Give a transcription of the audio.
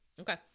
Okay